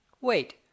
Wait